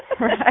Right